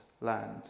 land